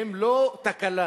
הם לא תקלה.